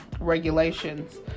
regulations